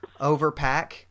overpack